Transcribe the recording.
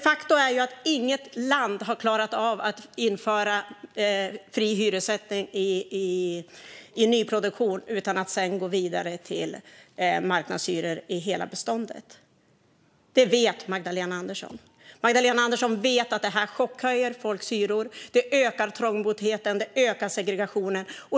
Faktum är att inget land har klarat av att införa fri hyressättning i nyproduktion utan att sedan gå vidare till marknadshyror i hela beståndet. Detta vet Magdalena Andersson. Magdalena Andersson vet att det här chockhöjer folks hyror och ökar trångboddheten och segregationen.